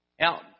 Now